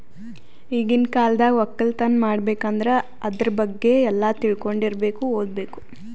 ಈಗಿನ್ ಕಾಲ್ದಾಗ ವಕ್ಕಲತನ್ ಮಾಡ್ಬೇಕ್ ಅಂದ್ರ ಆದ್ರ ಬಗ್ಗೆ ಎಲ್ಲಾ ತಿಳ್ಕೊಂಡಿರಬೇಕು ಓದ್ಬೇಕು